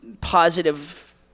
positive